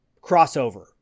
crossover